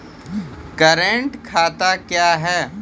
Current खाता क्या हैं?